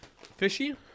fishy